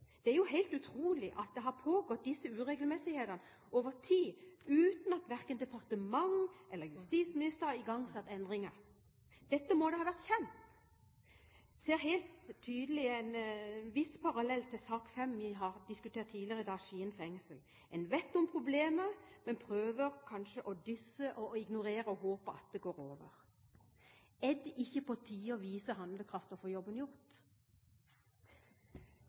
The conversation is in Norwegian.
Det er jo helt utrolig at disse uregelmessighetene har pågått over tid, uten at verken departement eller justisminister har igangsatt endringer. Dette må da ha vært kjent. Jeg ser helt tydelig en viss parallell til sak nr. 5, som vi har diskutert tidligere i dag, Skien fengsel. Man vet om problemet, men prøver kanskje å dysse det ned og ignorere det, og håper at det går over. Er det ikke på tide å vise handlekraft og få jobben gjort?